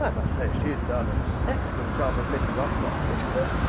ah must say, she's done an excellent job with mrs ocelot's sister.